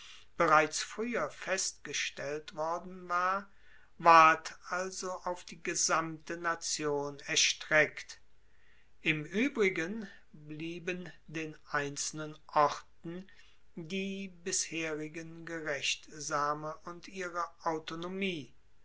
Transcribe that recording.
bereits frueher festgestellt worden war ward also auf die gesamte nation erstreckt im uebrigen blieben den einzelnen orten die bisherigen gerechtsame und ihre autonomie